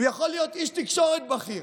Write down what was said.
הוא יכול להיות איש תקשורת בכיר,